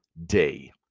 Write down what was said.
day